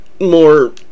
more